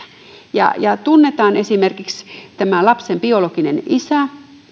ja juridisesti oikaista tätä kun esimerkiksi tunnetaan tämä lapsen biologinen isä